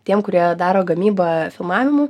tiem kurie daro gamybą filmavimų